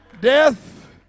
Death